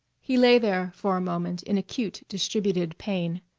he lay there for a moment in acute distributed pain.